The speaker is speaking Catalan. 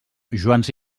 joans